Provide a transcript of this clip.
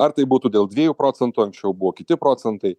ar tai būtų dėl dviejų procentų anksčiau buvo kiti procentai